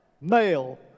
male